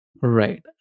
Right